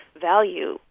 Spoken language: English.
value